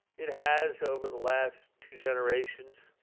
it has, over the last two generations,